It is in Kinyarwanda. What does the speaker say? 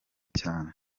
cyane